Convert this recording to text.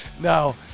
No